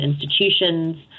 institutions